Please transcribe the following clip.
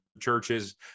churches